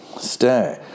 Stay